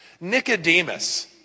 Nicodemus